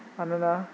मानोना